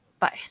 Bye